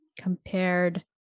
compared